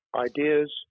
Ideas